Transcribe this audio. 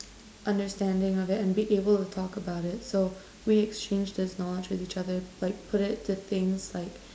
understanding of it and be able to talk about it so we exchange this knowledge with each other like put it to things like